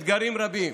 אתגרים רבים.